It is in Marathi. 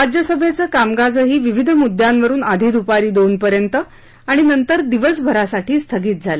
राज्यभेचं कामकाजही विविध मुद्दयांवरुन आधी दुपारी दोनपर्यंत आणि नंतर दिवसभरासाठी स्थगित झालं